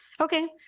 Okay